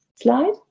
Slide